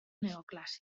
neoclàssic